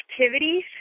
activities